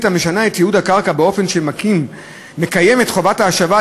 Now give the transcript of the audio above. המשנה את ייעוד הקרקע באופן שמקיים חובת השבה,